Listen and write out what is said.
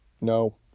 no